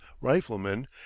riflemen